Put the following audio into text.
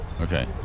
Okay